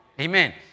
Amen